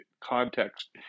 context